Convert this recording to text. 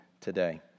today